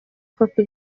koko